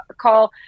call